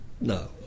No